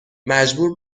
مجبور